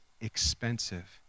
expensive